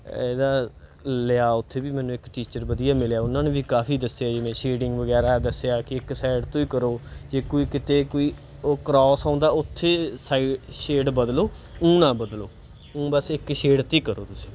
ਇਹਦਾ ਲਿਆ ਉੱਥੇ ਵੀ ਮੈਨੂੰ ਇੱਕ ਟੀਚਰ ਵਧੀਆ ਮਿਲਿਆ ਉਹਨਾਂ ਨੇ ਵੀ ਕਾਫੀ ਦੱਸਿਆ ਜਿਵੇਂ ਸ਼ੇਡਿੰਗ ਵਗੈਰਾ ਦੱਸਿਆ ਕਿ ਇੱਕ ਸਾਈਡ ਤੋਂ ਹੀ ਕਰੋ ਜੇ ਕੋਈ ਕਿਤੇ ਕੋਈ ਉਹ ਕਰੋਸ ਆਉਂਦਾ ਉੱਥੇ ਸਾਈ ਸ਼ੇਡ ਬਦਲੋ ਊਂ ਨਾ ਬਦਲੋ ਊਂ ਬਸ ਇਕ ਸ਼ੇਡ 'ਤੇ ਹੀ ਕਰੋ ਤੁਸੀਂ